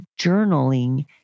journaling